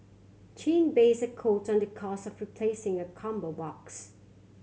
chin based the quote the cost of replacing a combo box